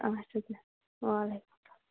آچھا بیٚہہ وعلیکُم اسَلام